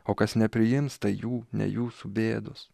o kas nepriims tai jų ne jūsų bėdos